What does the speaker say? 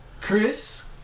Chris